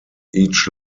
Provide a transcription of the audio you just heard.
each